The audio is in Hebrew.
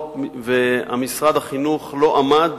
ומשרד החינוך לא עמד